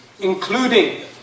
including